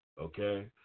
okay